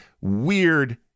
weird